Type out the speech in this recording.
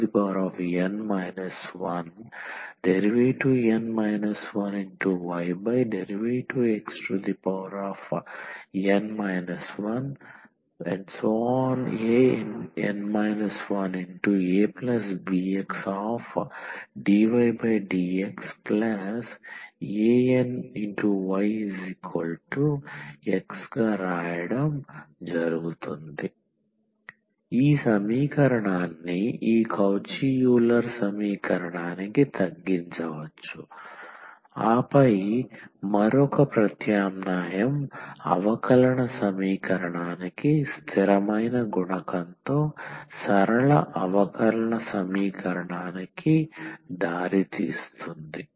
abxndnydxna1abxn 1dn 1ydxn 1an 1abxdydxanyX ఈ సమీకరణాన్ని ఈ కౌచి యూలర్ సమీకరణానికి తగ్గించవచ్చు ఆపై మరొక ప్రత్యామ్నాయం అవకలన సమీకరణానికి స్థిరమైన గుణకంతో సరళ అవకలన సమీకరణానికి దారి తీస్తుంది